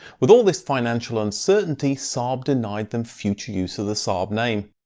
with all this financial uncertainty, saab denied them future use of the saab name.